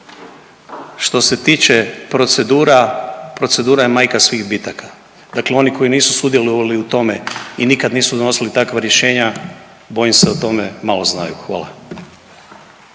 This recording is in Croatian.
Što se tiče procedura, procedura je majka svih bitaka. Dakle, oni koji nisu sudjelovali u tome i nikad nisu donosili takva rješenja bojim se da o tome malo znaju. Hvala.